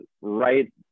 right